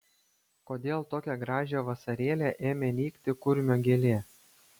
kodėl tokią gražią vasarėlę ėmė nykti kurmio gėlė